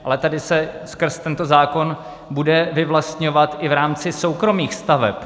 Ale tady se skrz tento zákon bude vyvlastňovat i v rámci soukromých staveb.